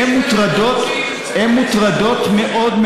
לתעשייה קטנה מאוד,